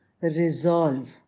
resolve